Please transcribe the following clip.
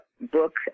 book